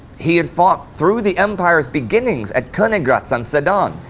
he had fought through the empire's beginnings at koniggratz and sedan,